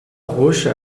roxa